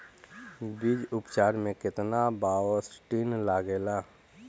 बीज उपचार में केतना बावस्टीन लागेला?